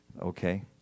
okay